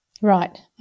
Right